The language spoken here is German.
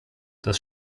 das